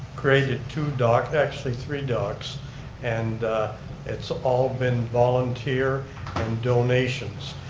created two docks, actually three docks and it's all been volunteer and donations.